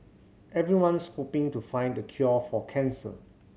everyone's hoping to find the cure for cancer